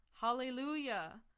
Hallelujah